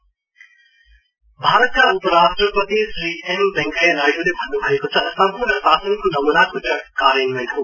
भि पि भारतका उपराष्ट्रपति श्री एम वेंकैया नाइडुले भन्नुभएको छ सम्पूर्ण शासनको नमूनाको कार्यन्य्यन हो